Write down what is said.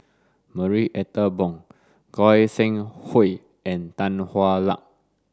Marie Ethel Bong Goi Seng Hui and Tan Hwa Luck